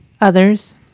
others